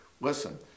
listen